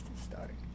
starting